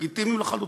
לגיטימי לחלוטין.